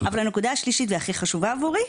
הנקודה השלישית היא הכי חשובה עבורי,